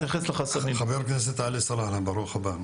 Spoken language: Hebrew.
חבר הכנסת עלי סלאלחה, ברוך הבא.